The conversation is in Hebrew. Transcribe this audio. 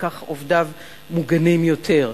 וכך עובדיו מוגנים יותר.